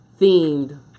themed